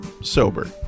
sober